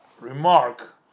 remark